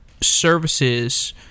services